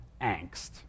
angst